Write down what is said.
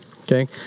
Okay